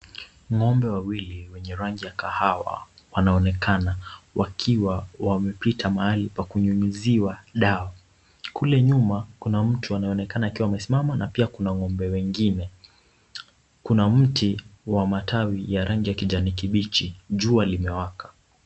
Ng'ombe wawili wenye rangi ya kahawa wanaonekana wakiwa wamepita mahali pa kunyunyiziwa dawa. Kule nyuma kuna mtu anaonekana akiwa amesimama na kuna ng'ombe wengine. Kuna mti wa matawi ya rangi ya kijani kibichi. Jua limewaka.